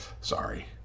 Sorry